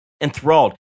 enthralled